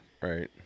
Right